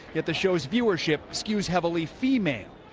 yet the show's viewership skews heavily female.